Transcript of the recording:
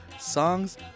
Songs